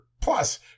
plus